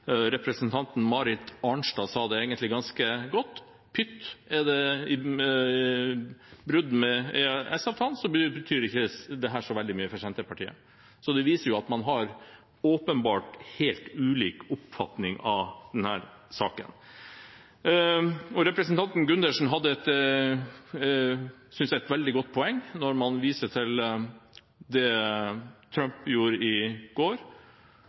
representanten Marit Arnstad sa det egentlig ganske godt, at pytt, er det et brudd med EØS-avtalen, betyr ikke det så veldig mye for Senterpartiet. Det viser at man åpenbart har helt ulik oppfatning av denne saken. Representanten Gundersen hadde, synes jeg, et veldig godt poeng da han viste til det Trump gjorde i går,